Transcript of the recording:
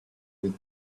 with